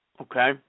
Okay